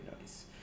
nice